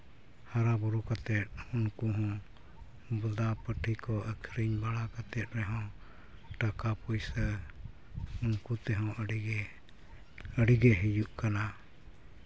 ᱦᱟᱨᱟᱼᱵᱩᱨᱩ ᱠᱟᱛᱮᱫ ᱩᱱᱠᱩ ᱦᱚᱸ ᱵᱚᱫᱟ ᱯᱟᱹᱴᱷᱤ ᱠᱚ ᱟᱹᱠᱷᱨᱤᱧ ᱵᱟᱲᱟ ᱠᱟᱛᱮᱫ ᱨᱮᱦᱚᱸ ᱴᱟᱠᱟ ᱯᱩᱭᱥᱟᱹ ᱩᱱᱠᱩ ᱛᱮᱦᱚᱸ ᱟᱹᱰᱤᱜᱮ ᱟᱹᱰᱤᱜᱮ ᱦᱩᱭᱩᱜ ᱠᱟᱱᱟ